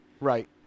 Right